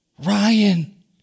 Ryan